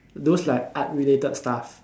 those like art related stuff